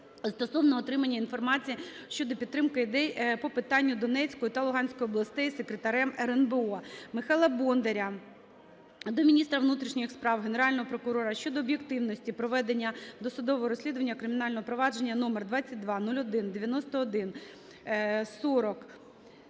стосовно отримання інформації щодо підтримки ідей по питанню Донецької та Луганської областей, Секретарем РНБО. Михайла Бондаря до міністра внутрішніх справ, Генерального прокурора щодо об'єктивності проведення досудового розслідування кримінального провадження №22019140000000013